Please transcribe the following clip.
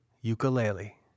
ukulele